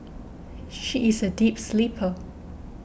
she is a deep sleeper